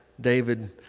David